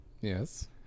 yes